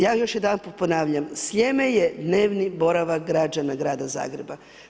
Ja još jedanput ponavljam, Sljeme je dnevni boravak građana grada Zagreba.